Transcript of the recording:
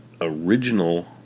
original